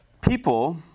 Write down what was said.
people